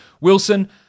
Wilson